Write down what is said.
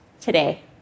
today